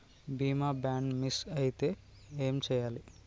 బీమా bond miss అయితే ఏం చేయాలి?